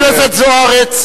חברת הכנסת זוארץ.